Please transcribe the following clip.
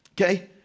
Okay